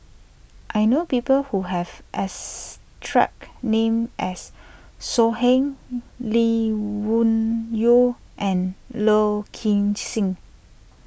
I know people who have as track name as So Heng Lee Wung Yew and Low King Sing